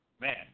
Man